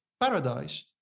paradise